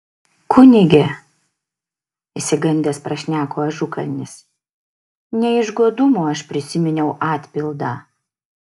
kunige išsigandęs prašneko ažukalnis ne iš godumo aš prisiminiau atpildą